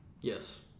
Yes